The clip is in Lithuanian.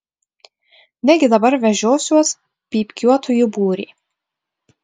negi dabar vežiosiuos pypkiuotojų būrį